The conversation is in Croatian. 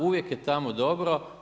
Uvijek je tamo dobro.